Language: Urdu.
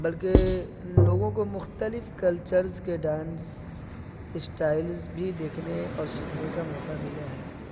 بلکہ لوگوں کو مختلف کلچرز کے ڈانس اسٹائلز بھی دیکھنے اور سیکھنے کا موقع ملا ہے